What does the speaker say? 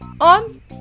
on